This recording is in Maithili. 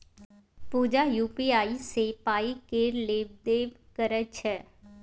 पुजा यु.पी.आइ सँ पाइ केर लेब देब करय छै